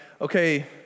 okay